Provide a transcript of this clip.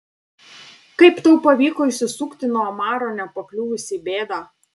kaip tau pavyko išsisukti nuo omaro nepakliuvus į bėdą